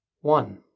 One